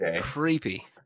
creepy